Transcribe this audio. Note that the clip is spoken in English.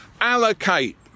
allocate